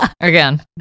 again